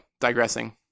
digressing